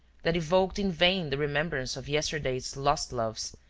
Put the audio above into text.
that evoked in vain the remembrance of yesterday's lost loves,